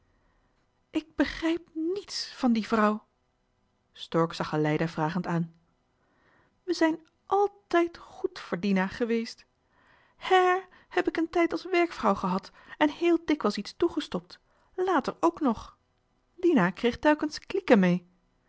ik begrijp niets van die vrouw stork zag aleida vragend aan we zijn altijd goed voor dina geweest hààr heb ik een tijd als werkvrouw gehad en heel dikwijls iets toegestopt ook later nog dina kreeg telkens klieken mee